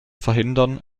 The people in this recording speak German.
verhindern